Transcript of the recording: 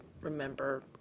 remember